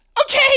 Okay